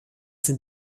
sind